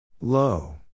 Low